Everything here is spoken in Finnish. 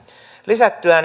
lisättyä